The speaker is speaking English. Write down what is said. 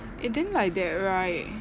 eh then like that right